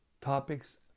topics